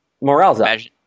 Morales